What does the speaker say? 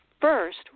first